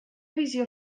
visió